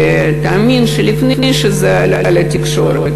תאמין לי, לפני שזה עלה לתקשורת.